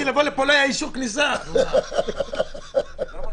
מה אתה רוצה, הוא היה ילד אז, מלכיאלי.